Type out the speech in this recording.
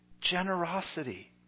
generosity